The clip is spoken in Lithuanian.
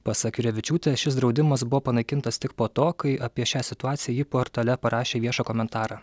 pasak jurevičiūtės šis draudimas buvo panaikintas tik po to kai apie šią situaciją ji portale parašė viešą komentarą